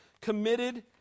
committed